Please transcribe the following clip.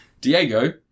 Diego